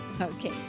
Okay